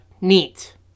Neat